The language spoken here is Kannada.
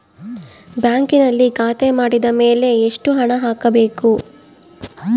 ಬ್ಯಾಂಕಿನಲ್ಲಿ ಖಾತೆ ಮಾಡಿದ ಮೇಲೆ ಎಷ್ಟು ಹಣ ಹಾಕಬೇಕು?